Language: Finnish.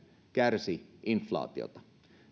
kärsi inflaatiota